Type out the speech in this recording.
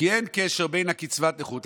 כי אין קשר בין קצבת הנכות,